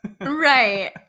right